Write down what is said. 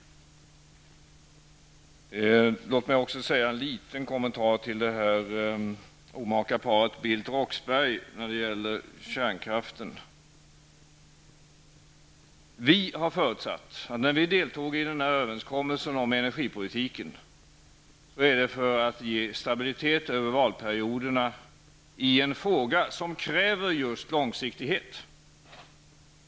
Låt mig också göra en liten kommentar till det i kärnkraftsfrågan omaka paret Bildt--Roxbergh. När vi deltog i överenskommelsen om energipolitiken var det för att ge stabilitet över valperioderna åt en fråga som kräver just långsiktighet.